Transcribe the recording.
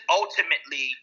ultimately